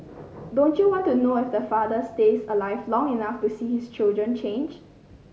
don't you want to know if the father stays alive long enough to see his children change